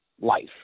life